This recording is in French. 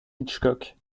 hitchcock